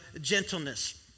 gentleness